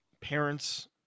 parents